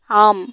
ஆம்